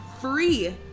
free